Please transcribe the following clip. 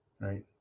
right